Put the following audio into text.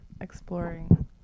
exploring